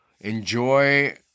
enjoy